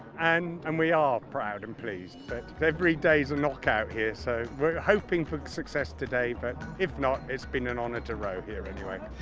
and um we are proud and pleased but every day is a knockout here, so we're hoping for success today but if not it's been an honor to row here anyway.